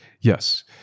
Yes